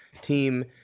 team